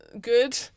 good